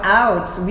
outs